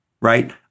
right